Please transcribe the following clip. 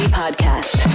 podcast